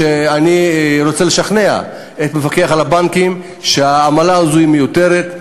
אני רוצה לשכנע את המפקח על הבנקים שהעמלה הזאת מיותרת,